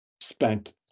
spent